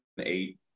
eight